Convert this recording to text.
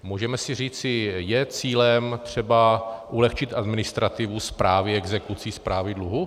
Můžeme si říci je cílem třeba ulehčit administrativu správy exekucí, správy dluhu.